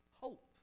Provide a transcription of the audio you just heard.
hope